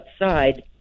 outside